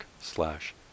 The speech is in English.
slash